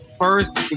first